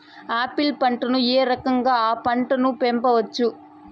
Apple పంటను ఏ రకంగా అ పంట ను పెంచవచ్చు?